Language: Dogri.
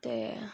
ते